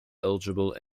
eligible